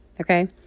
okay